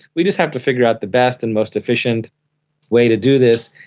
we just have to figure out the best and most efficient way to do this,